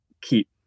keep